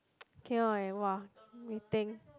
K loh I [wah] waiting